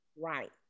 right